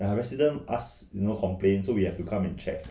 resident ask you know complain so we have to come and check